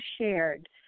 shared